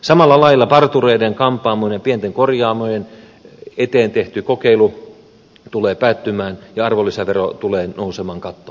samalla lailla partureiden kampaamoiden pienten korjaamojen eteen tehty kokeilu tulee päättymään ja arvonlisävero tulee nousemaan kattoon